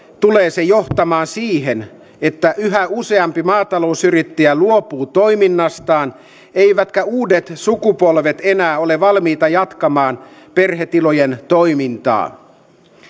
tulee se johtamaan siihen että yhä useampi maatalousyrittäjä luopuu toiminnastaan eivätkä uudet sukupolvet enää ole valmiita jatkamaan perhetilojen toimintaa